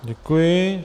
Děkuji.